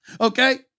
okay